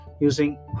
using